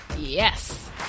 yes